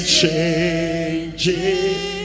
changing